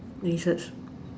lizards